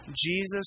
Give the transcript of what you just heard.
Jesus